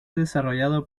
desarrollado